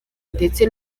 ndetse